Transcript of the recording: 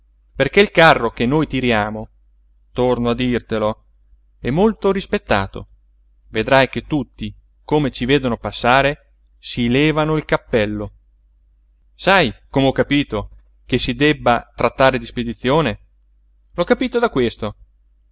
perché il carro che noi tiriamo torno a dirtelo è molto rispettato vedrai che tutti come ci vedono passare si levano il cappello sai come ho capito che si debba trattare di spedizione l'ho capito da questo